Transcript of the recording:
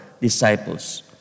disciples